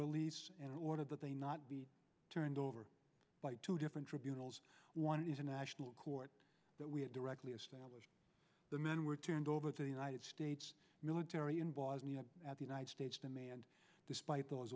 release and ordered that they not be turned over by two different tribunal's one is a national court that we had directly of the men were turned over to the united states military in bosnia at the united states demand despite those